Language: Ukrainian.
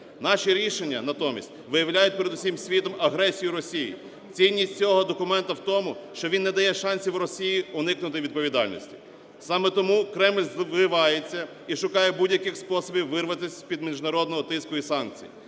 Наші рішення натомість виявляють перед усім світом агресію Росії. Цінність цього документу в тому, що він не дає шансів Росії уникнути відповідальності. Саме тому Кремль звивається і шукає будь-яких способів вирватись з-під міжнародного тиску і санкцій.